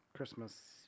Christmas